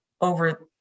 over